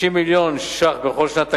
60 מיליון שקלים בכל שנת תקציב,